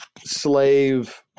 slave